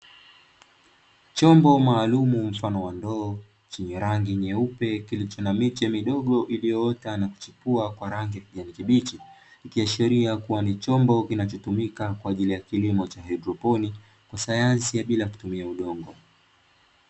Chombo maalumu mfano wa ndoo chenye rangi nyeupe kilicho na miche midogo iliyoota na kuchipua kwa rangi ya kijani kibichi, ikiashiria kuwa ni chombo kinachotumika kwa ajili ya kilimo cha haidroponi, kwa sayansi ya bila kutumia udongo.